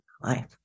life